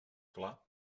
clar